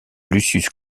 lucius